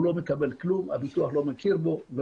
הוא לא מקבל כלום והביטוח לא מכיר בו.